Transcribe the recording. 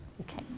okay